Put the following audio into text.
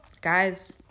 guys